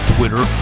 Twitter